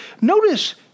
Notice